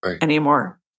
anymore